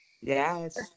Yes